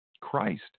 Christ